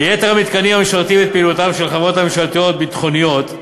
כיתר המתקנים המשרתים את פעילותן של חברות ממשלתיות ביטחוניות,